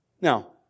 Now